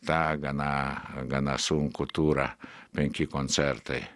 tą gana gana sunkų turą penki koncertai